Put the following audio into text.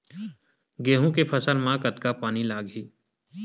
गेहूं के फसल म कतका पानी लगही?